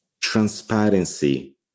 transparency